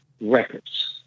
Records